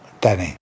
Danny